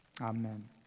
Amen